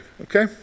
okay